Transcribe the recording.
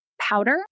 powder